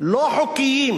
לא חוקיים,